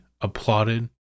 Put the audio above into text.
applauded